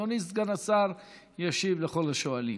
אדוני סגן השר ישיב לכל השואלים.